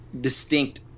distinct